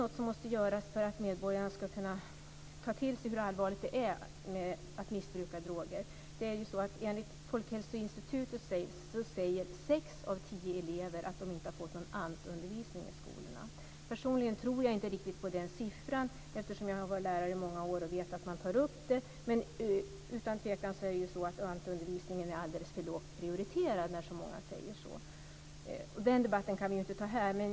Något måste göras för att medborgarna ska ta till sig hur allvarligt det är att missbruka droger. Enligt Folkhälsoinstitutet säger sex av tio elever att de inte har fått någon ANT-undervisning i skolan. Personligen tror jag inte riktigt på den siffran. Jag har varit lärare i många år och vet att man tar upp det. Utan tvekan är ANT-undervisningen alldeles för lågt prioriterad när så många säger så. Den debatten kan vi inte ta här.